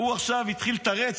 הוא עכשיו התחיל לתרץ.